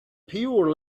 pure